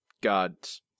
gods